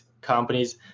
companies